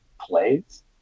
plays